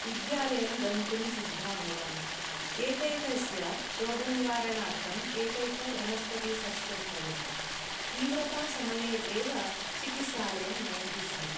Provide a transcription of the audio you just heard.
विद्यालयं गन्तुं सिद्धा भवामि एकैकस्य रोगनिवारणार्तम् एकैकवनस्पतिसस्यं भवति तीव्रतासमये एव चकित्सालयं नयति स्म